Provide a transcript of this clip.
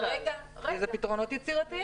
זה פתרונות יצירתיים.